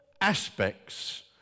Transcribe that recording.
aspects